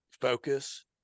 focus